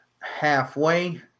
halfway